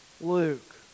Luke